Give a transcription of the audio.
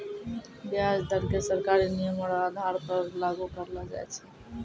व्याज दर क सरकारी नियमो र आधार पर लागू करलो जाय छै